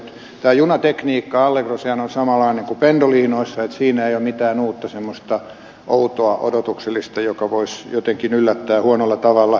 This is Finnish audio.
tämä junatekniikkahan allegrossa on ihan samanlainen kuin pendolinoissa että siinä ei ole mitään semmoista uutta outoa odotuksellista joka voisi jotenkin yllättää huonolla tavalla